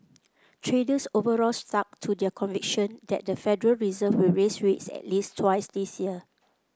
traders overall stuck to their conviction that the Federal Reserve will raise rates at least twice this year